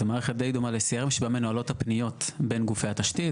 זו מערכת די דומה ל-CRM שבה מנוהלות הפניות בין גופי התשתית,